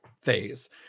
phase